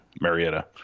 marietta